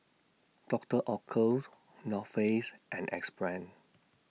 Doctor Oetker's North Face and Axe Brand